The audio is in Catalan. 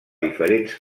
diferents